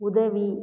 உதவி